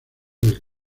del